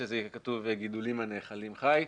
שיהיה כתוב גידולים הנאכלים חי.